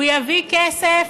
הוא יביא כסף